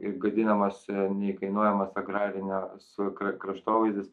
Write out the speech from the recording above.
ir gadinamas neįkainojamas agrarinio su kr kraštovaizdis